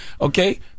Okay